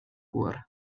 gŵr